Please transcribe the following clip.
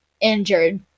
injured